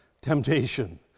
temptation